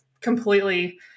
completely